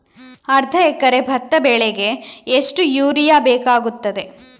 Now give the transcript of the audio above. ಅರ್ಧ ಎಕರೆ ಭತ್ತ ಬೆಳೆಗೆ ಎಷ್ಟು ಯೂರಿಯಾ ಬೇಕಾಗುತ್ತದೆ?